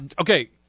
okay